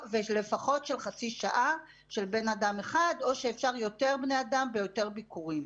לפחות של חצי שעה של בן אדם אחד או שאפשר יותר בני אדם ביותר ביקורים.